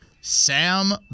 Sam